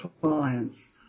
clients